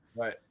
Right